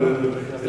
יש החברות.